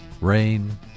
rain